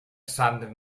sant